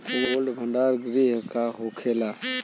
Cold भण्डार गृह का होखेला?